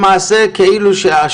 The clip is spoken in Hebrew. זה דבר שמחייב חקיקה ראשית,